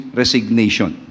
resignation